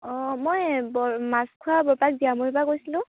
অঁ মই বৰ মাছখোৱা বৰপাক জীয়ামূৰীয়াপৰা কৈছিলোঁ